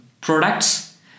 products